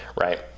right